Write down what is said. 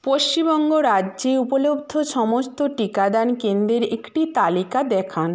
পশ্চিমবঙ্গ রাজ্যে উপলব্ধ সমস্ত টিকাদান কেন্দ্রের একটি তালিকা দেখান